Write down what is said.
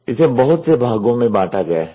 तो इसे बहुत से भागों में बांटा गया है